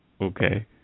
Okay